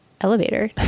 elevator